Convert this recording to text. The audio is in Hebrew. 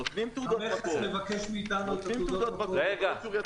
נותנים תעודות מקור --- רגע.